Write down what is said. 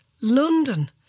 London